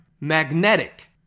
Magnetic